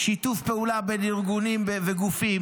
שיתוף פעולה בין ארגונים וגופים,